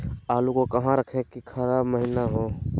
आलू को कहां रखे की खराब महिना हो?